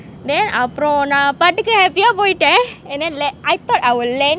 then அப்பொறோம் நா பாட்டுக்கு:apporoam na patukku happy ah போயிட்டேன்:poyittean and then land I thought I will land